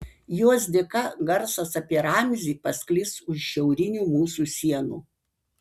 jos dėka garsas apie ramzį pasklis už šiaurinių mūsų sienų